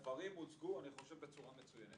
אני חושב שהדברים הוצגו בצורה מצוינת.